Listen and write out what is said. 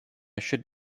should